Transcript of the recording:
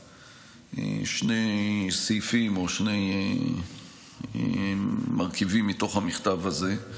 שני סעיפים, או שני מרכיבים, מתוך המכתב הזה,